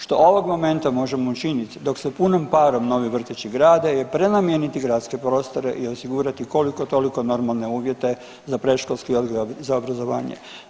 Što ovog momenta možemo učiniti dok se punom parom novi vrtići grade je prenamijeniti gradske prostore i osigurati koliko toliko normalne uvjete za predškolski odgoj i obrazovanje.